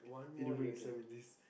need to bring Sam in this